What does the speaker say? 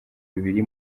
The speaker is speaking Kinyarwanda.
bibiri